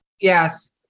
Yes